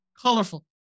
colorful